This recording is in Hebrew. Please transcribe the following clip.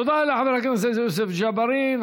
תודה לחבר הכנסת יוסף ג'בארין.